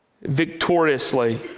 victoriously